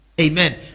Amen